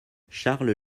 charles